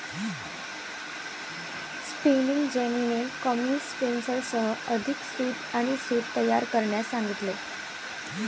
spinning जेनीने कमी स्पिनर्ससह अधिक सूत आणि सूत तयार करण्यास सांगितले